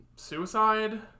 Suicide